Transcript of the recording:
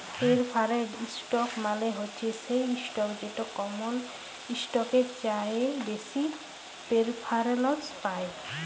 perforated ইসটক মালে হছে সেই ইসটক যেট কমল ইসটকের চাঁঁয়ে বেশি পেরফারেলস পায়